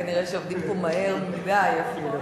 כנראה עובדים פה מהר, מדי, אפילו.